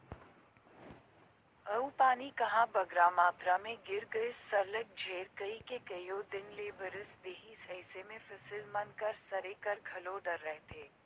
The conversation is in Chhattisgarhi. अउ पानी कहांे बगरा मातरा में गिर गइस सरलग झेर कइर के कइयो दिन ले बरेस देहिस अइसे में फसिल मन कर सरे कर घलो डर रहथे